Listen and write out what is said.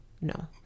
no